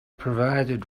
provided